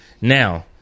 now